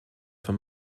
for